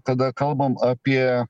kada kalbam apie